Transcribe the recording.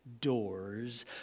doors